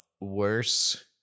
worse